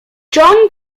john